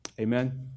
Amen